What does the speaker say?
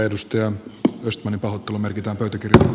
edustaja östmanin pahoittelu merkitään pöytäkirjaan